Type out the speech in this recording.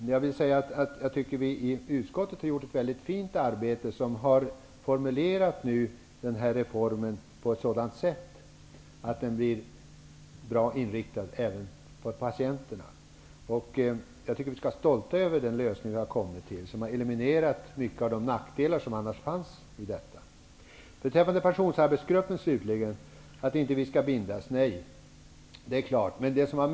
Jag tycker att vi i utskottet har gjort ett mycket fint arbete. Vi har formulerat förslaget till den här reformen på ett sådant sätt att den får en bra inriktning även för patienternas vidkommande. Jag tycker att vi skall vara stolta över den lösning som vi har kommit fram till, som har eliminerat många av de nackdelar som annars fanns. Berith Eriksson sade vidare att man inte skall binda upp Pensionsarbetsgruppens utredning. Nej, det är klart.